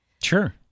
Sure